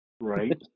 Right